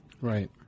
Right